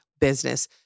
business